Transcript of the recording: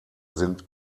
sind